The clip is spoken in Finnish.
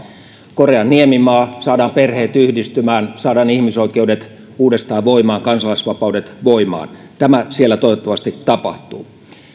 korean niemimaa saadaan perheet yhdistymään ja saadaan ihmisoikeudet ja kansalaisvapaudet uudestaan voimaan tämä siellä toivottavasti tapahtuu